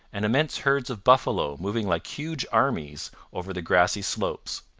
and immense herds of buffalo moving like huge armies over the grassy slopes.